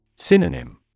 Synonym